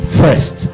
first